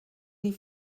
die